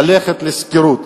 ללכת לשכירות.